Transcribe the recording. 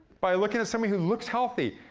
by looking at somebody who looks healthy.